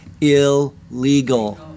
illegal